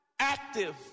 Active